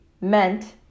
meant